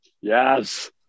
Yes